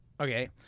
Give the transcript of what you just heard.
Okay